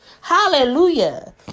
hallelujah